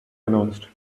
announced